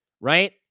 right